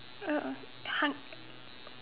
oh hung~